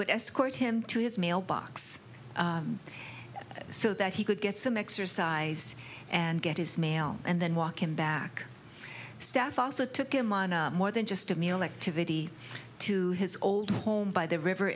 would escort him to his mailbox so that he could get some exercise and get his mail and then walk him back staff also took him on more than just a meal activity to his old home by the river